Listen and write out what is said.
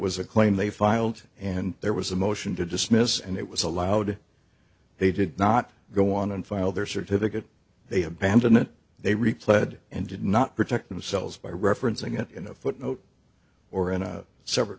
was a claim they filed and there was a motion to dismiss and it was allowed they did not go on and file their certificate they abandon it they replied and did not protect themselves by referencing it in a footnote or in a separate